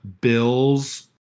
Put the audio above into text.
Bills